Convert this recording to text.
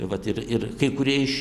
vat ir ir kai kurie iš